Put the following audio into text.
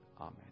Amen